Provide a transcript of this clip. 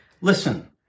listen